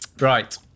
Right